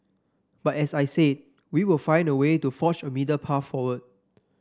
but as I say we will find a way to forge a middle path forward